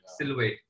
silhouette